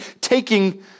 taking